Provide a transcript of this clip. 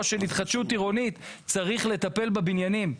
של התחדשות עירונית צריך לטפל בבניינים,